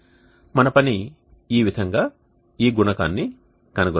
మన పని ఈ విధంగా ఈ గుణకాన్ని కనుగొనడం